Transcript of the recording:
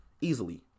Easily